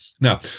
Now